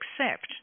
accept